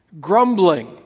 grumbling